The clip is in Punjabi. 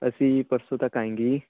ਅਸੀਂ ਪਰਸੋਂ ਤੱਕ ਆਏਗੇ